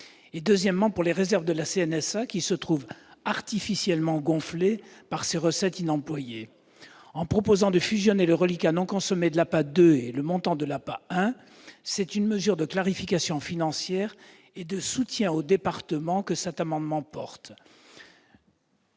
besoin ; pour les réserves de la CNSA, qui se trouvent artificiellement gonflées par ces recettes inemployées. En proposant de fusionner le reliquat non consommé de l'APA 2 et le montant de l'APA 1, c'est une mesure de clarification financière et de soutien aux départements que la commission